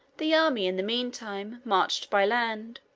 the army, in the mean time, marched by land.